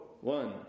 one